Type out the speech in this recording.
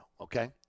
Okay